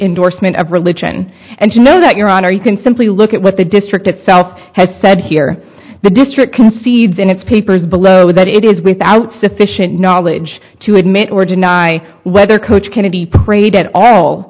endorsement of religion and you know that your honor you can simply look at what the district itself has said here the district concedes in its papers below that it is without sufficient knowledge to admit or deny whether coach kennedy prayed at all